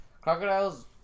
Crocodiles